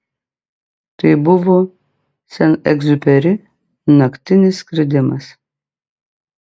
tai buvo sent egziuperi naktinis skridimas